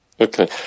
Okay